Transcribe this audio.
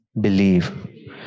believe